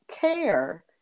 care